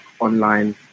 online